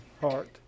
heart